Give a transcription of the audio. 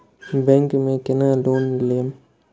Bank में केना loan लेम?